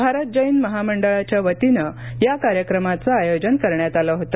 भारत जैन महामंडळाच्या वतीनं या कार्यक्रमाचं आयोजन करण्यात आलं होत